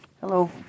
Hello